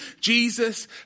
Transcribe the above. Jesus